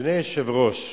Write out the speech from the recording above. אדוני היושב-ראש,